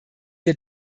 wir